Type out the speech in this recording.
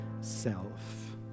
self